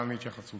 לבין עמק רפאים.